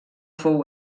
fou